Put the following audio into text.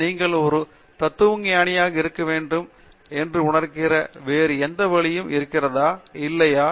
நீங்கள் ஒரு தத்துவஞானியாய் இருக்க வேண்டும் என்று உணருகிற வேறு எந்த வழியும் இருக்கிறதா இல்லையா